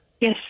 Yes